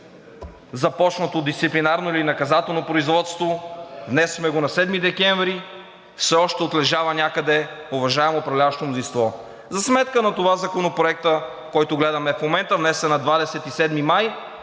започнато дисциплинарно или наказателно производство. Внесохме го на 7 декември, все още отлежава някъде, уважаемо управляващо мнозинство. За сметка на това Законопроектът, който гледаме в момента, внесен на 27 май,